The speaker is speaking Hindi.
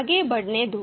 आगे बढ़ने दो